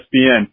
ESPN